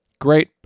Great